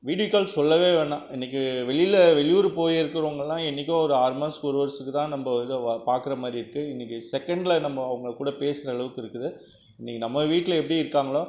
வீடியோக்கள் சொல்லவே வேண்டாம் இன்றைக்கி வெளியில் வெளியூர் போய் இருக்கிறவங்களாம் என்றைக்கோ ஒரு ஆறு மாசத்துக்கு ஒரு வருஷத்துக்கு தான் நம்ம இத பாக்கிற மாதிரி இருக்கு இன்றைக்கி செகண்டில் நம்ம அவங்ககூட பேசுகிற அளவுக்கு இருக்குது இன்றைக்கி நம்ம வீட்டில் எப்படி இருக்காங்களோ